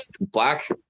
black